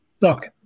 look